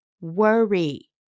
Worry